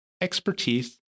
expertise